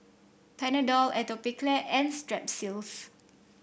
Panadol Atopiclair and Strepsils